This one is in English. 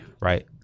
right